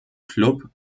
club